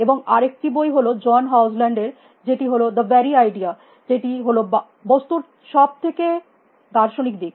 এবং আরেকটি বই হল জন হগেল্যান্ড এর যেটি হল এআই দ্য ভেরি আইডিয়া যেটি হল বস্তুর সব থেকে দার্শনিক দিক